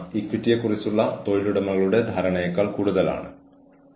അല്ലെങ്കിൽ അവർക്ക് വർക്ക് പ്ലാനുകൾ നൽകുക